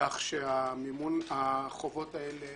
כך שהחובות האלה